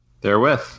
therewith